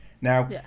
now